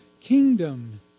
kingdom